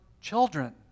children